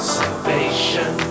salvation